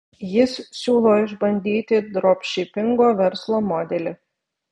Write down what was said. jis siūlo išbandyti dropšipingo verslo modelį